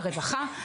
הרווחה,